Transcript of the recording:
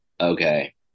okay